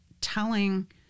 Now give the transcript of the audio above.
telling